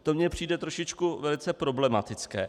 To mně přijde trošičku velice problematické.